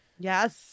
yes